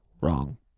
Wrong